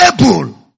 able